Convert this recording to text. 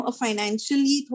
financially